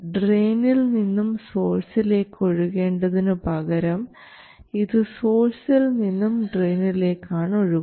ഡ്രയിനിൽ നിന്നും സോഴ്സിലേക്ക് ഒഴുകേണ്ടതിനുപകരം ഇത് സോഴ്സിൽ നിന്നും ഡ്രയിനിലേക്ക് ആണ് ഒഴുകുന്നത്